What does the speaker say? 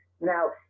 Now